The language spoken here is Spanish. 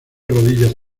rodillas